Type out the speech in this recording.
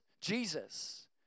Jesus